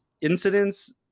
incidents